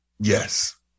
Yes